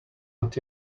not